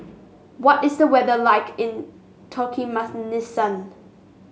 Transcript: what is the weather like in Turkmenistan